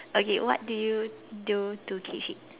okay what do you do to keep fit